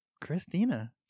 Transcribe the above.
Christina